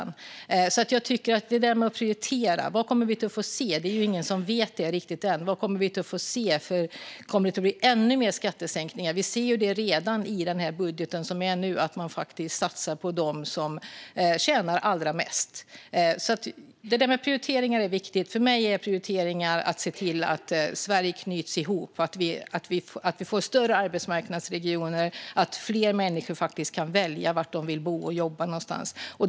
När det gäller det där med att prioritera är det ingen som riktigt vet vad vi kommer att få se. Kommer det att bli ännu mer skattesänkningar? Vi ser redan i den budget som finns nu att man satsar på dem som tjänar allra mest. Det där med prioriteringar är viktigt. För mig handlar prioriteringar om att se till att Sverige knyts ihop och att vi får större arbetsmarknadsregioner så att fler människor kan få välja var de vill bo och var de vill jobba någonstans.